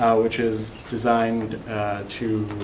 which is designed to